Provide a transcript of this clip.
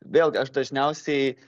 vėlgi aš dažniausiai